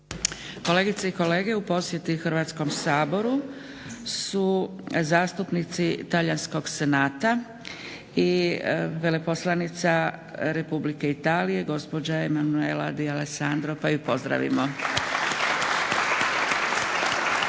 Kolegice i kolege u posjeti Hrvatskom saboru su zastupnici Talijanskog Senata i veleposlanica Republike Italije gospođa Emanuela D'alessandro pa ju pozdravimo.